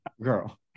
Girl